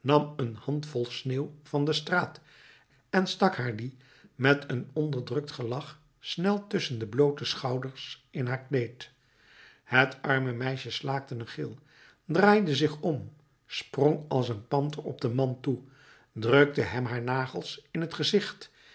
een handvol sneeuw van de straat en stak haar die met een onderdrukt gelach snel tusschen de bloote schouders in haar kleed het arme meisje slaakte een gil draaide zich om sprong als een panter op den man toe drukte hem haar nagels in t gezicht